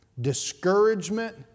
discouragement